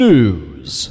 News